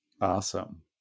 Awesome